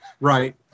right